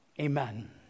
Amen